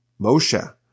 Moshe